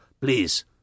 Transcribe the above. Please